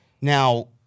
Now